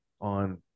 on